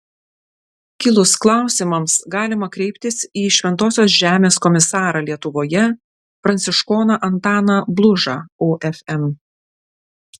kilus klausimams galima kreiptis į šventosios žemės komisarą lietuvoje pranciškoną antaną blužą ofm